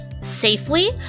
safely